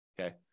okay